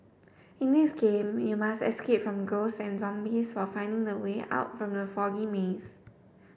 in this game you must escape from ghosts and zombies while finding the way out from the foggy maze